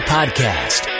Podcast